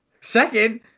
Second